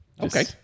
Okay